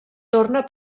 torna